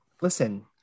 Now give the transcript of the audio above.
listen